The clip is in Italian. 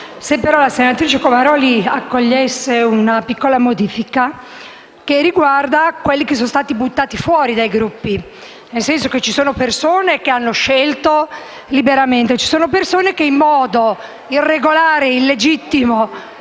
se la senatrice Comaroli accogliesse una piccola modifica che riguarda coloro che sono stati buttati fuori dal Gruppo. Ci sono persone che hanno scelto liberamente e persone che, in modo irregolare, illegittimo